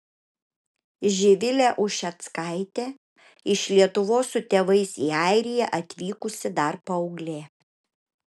živilė ušeckaitė iš lietuvos su tėvais į airiją atvykusi dar paauglė